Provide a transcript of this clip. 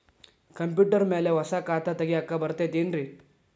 Computer ಮ್ಯಾಲೆ ಹೊಸಾ ಖಾತೆ ತಗ್ಯಾಕ್ ಬರತೈತಿ ಏನ್ರಿ?